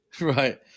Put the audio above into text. right